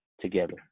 together